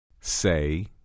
Say